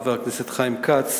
חבר הכנסת חיים כץ,